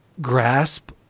grasp